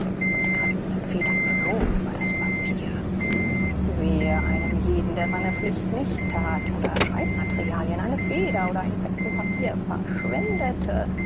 und die kratzenden federn flogen über das papier wehe einem jeden der seine pflicht nicht tat oder schreibmaterialien eine feder oder einen fetzen papier verschwendete